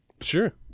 Sure